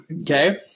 Okay